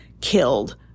killed